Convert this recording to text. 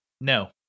No